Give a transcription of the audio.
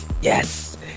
Yes